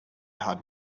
had